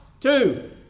Two